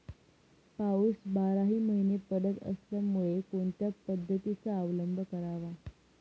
पाऊस बाराही महिने पडत असल्यामुळे कोणत्या पद्धतीचा अवलंब करावा?